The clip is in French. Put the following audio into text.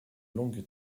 longue